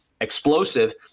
explosive